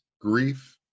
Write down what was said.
grief